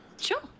Sure